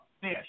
fish